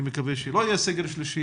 אני מקווה שלא יהיה סגר שלישי,